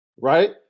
Right